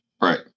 Right